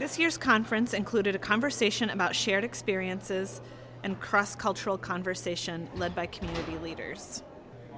this year's conference included a conversation about shared experiences and cross cultural conversation led by community leaders